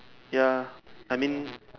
ya I mean